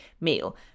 meal